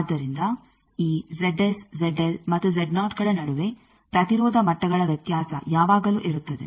ಆದ್ದರಿಂದ ಈ ಮತ್ತು ಗಳ ನಡುವೆ ಪ್ರತಿರೋಧ ಮಟ್ಟಗಳ ವ್ಯತ್ಯಾಸ ಯಾವಾಗಲೂ ಇರುತ್ತದೆ